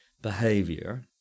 behavior